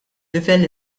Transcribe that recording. livell